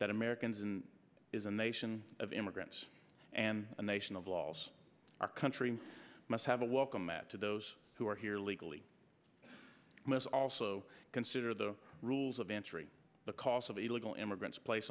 that americans and is a nation of immigrants and a nation of laws our country must have a welcome mat to those who are here legally must also consider the rules of answering the calls of illegal immigrants place